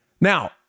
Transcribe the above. Now